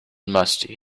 musty